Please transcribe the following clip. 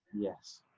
yes